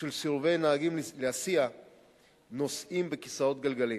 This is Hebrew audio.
בשל סירובי נהגים להסיע נוסעים בכיסאות גלגלים.